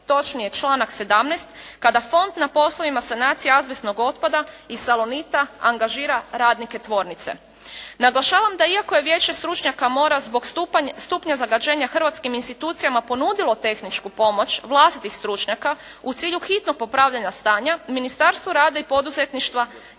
točnije članak 17. kada fond na poslovima sanacije azbestnog otpada i Salonita angažira radnike tvornice. Naglašavam da iako je Vijeće stručnjaka mora zbog stupnja zagađenja hrvatskim institucijama ponudilo tehničku pomoć vlastitih stručnjaka u cilju hitnog popravljanja stanja Ministarstvo rada i poduzetništva je